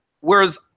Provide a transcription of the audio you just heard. whereas